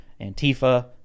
Antifa